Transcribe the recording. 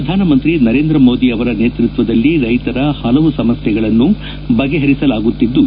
ಪ್ರಧಾನಮಂತ್ರಿ ನರೇಂದ್ರ ಮೋದಿ ಅವರ ನೇತೃತ್ವದಲ್ಲಿ ರೈತರ ಹಲವು ಸಮಸ್ಥೆಗಳನ್ನು ಬಗೆಹರಿಸಲಾಗುತ್ತಿದ್ದು